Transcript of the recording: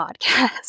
podcast